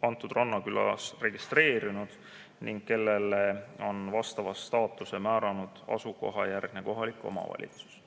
selles rannakülas registreerinud ning kellele on vastava staatuse määranud asukohajärgne kohalik omavalitsus.